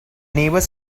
neighbour